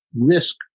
risk